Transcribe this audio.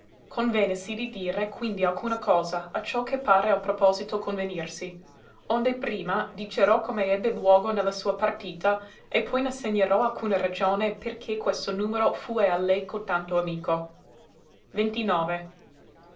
molto luogo convènesi di dire quindi alcuna cosa acciò che pare al proposito convenirsi onde prima dicerò come ebbe luogo ne la sua partita e poi n'assegnerò alcuna ragione per che questo numero fue a lei cotanto amico